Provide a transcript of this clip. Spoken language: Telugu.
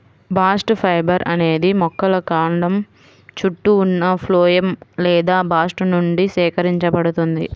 బాస్ట్ ఫైబర్ అనేది మొక్కల కాండం చుట్టూ ఉన్న ఫ్లోయమ్ లేదా బాస్ట్ నుండి సేకరించబడుతుంది